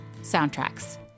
soundtracks